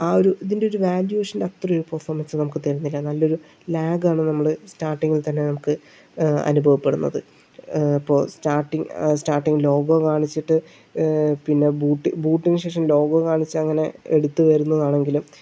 ആ ഒരു ഇതിന്റെ ഒരു വേല്വേഷന്റെ അത്ര ഒരു പെർഫോമൻസ് നമുക്ക് തരുന്നില്ല നല്ലൊരു ലാഗ് ആണ് നമ്മള് സ്റ്റാർട്ടിങ്ങിൽ തന്നെ നമുക്ക് അനുഭവപ്പെടുന്നത് ഇപ്പോൾ സ്റ്റാർട്ടിങ്ങ് സ്റ്റാർട്ടിങ്ങ് ലോഗോ കാണിച്ചിട്ട് പിന്നേ ബൂട്ട് ബൂട്ടിന് ശേഷം ലോഗോ കാണിച്ച് അങ്ങനെ എടുത്തു വരുന്നതാണെങ്കിലും